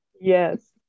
yes